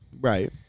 Right